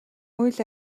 үйл